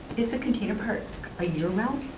is the container park a year-round